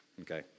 Okay